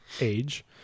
age